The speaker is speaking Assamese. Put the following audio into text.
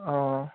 অঁ